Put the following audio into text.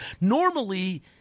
Normally